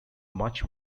much